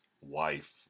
wife